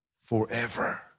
forever